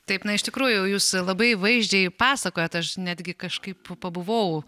taip na iš tikrųjų jūs labai vaizdžiai pasakojat aš netgi kažkaip pabuvau